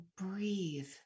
breathe